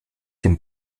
den